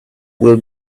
will